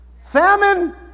Famine